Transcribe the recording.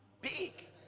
big